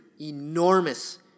Enormous